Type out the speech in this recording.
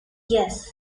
yes